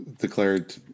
declared